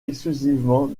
exclusivement